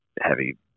Heavy